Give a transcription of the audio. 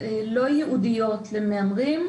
לא ייעודיות למהמרים,